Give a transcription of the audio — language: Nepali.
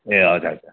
ए हजुर हजुर